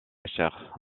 chaire